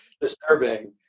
disturbing